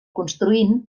construint